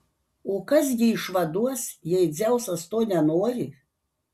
o kas gi išvaduos jei dzeusas to nenori